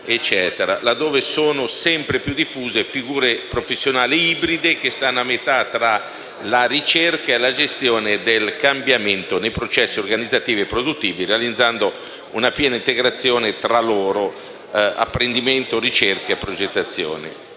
laddove sono sempre più diffuse figure professionali ibride, che stanno a metà tra la ricerca e la gestione del cambiamento nei processi organizzativi e produttivi, realizzando una piena integrazione tra lavoro, apprendimento, ricerca e progettazione.